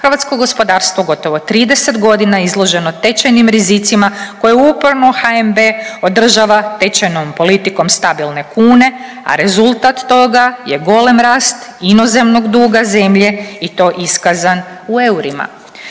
hrvatsko gospodarstvo gotovo 30 godina izloženo tečajnim rizicima koje uporno HNB održava tečajnom politikom stabilne kune, a rezultat toga je golem rast inozemnog duga zemlje i to iskazan u eurima.